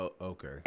okay